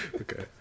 Okay